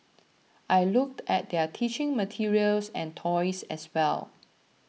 I looked at their teaching materials and toys as well